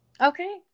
Okay